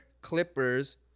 Clippers